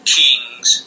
kings